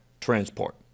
transport